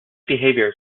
behavior